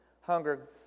hunger